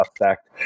effect